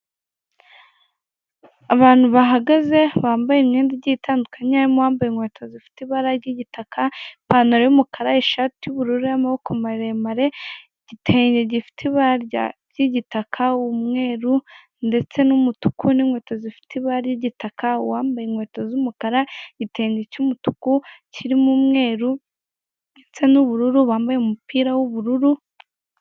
Abantu bahagaze bambaye imyenda igiye itandukanye harimo uwambaye inkweto zifite ibara ry'igitaka ipantaro y'umukara ishati y'ubururu n'amaboko maremare igitenge gifite ibara ry'igitaka umweru ndetse n'umutuku n'inkweto zifite ibara ry'igitaka uwambaye inkweto z'umukara igitenge cy'umutuku kiririmo umweru ndetse n'ubururu wambaye umupira w'ubururu.